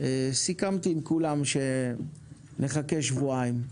סיכמתי עם כולם שנחכה שבועיים.